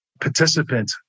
participant